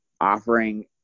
offering